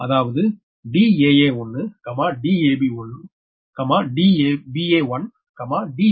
அதாவது Daa1 Dab1 Dba1 Dbb1 Dca1 Dcb1